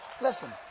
Listen